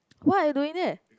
what are you doing there